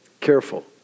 Careful